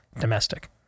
domestic